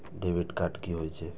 Debit card कि होई छै?